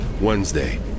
wednesday